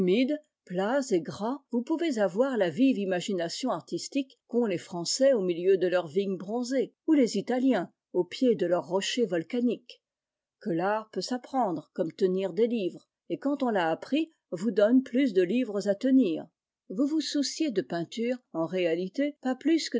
plats et gras vous pouvez avoir la vive imagination artistique qu'ont les français au milieu de leurs vignes bronzées ou les italiens au pied de leurs rochers volcaniques que l'art peut s'apprendre comme tenir des livres et quand on l'a appris vous donne plus de livres à tenir vous vous souciez de peintures en réalité pas plus